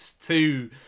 two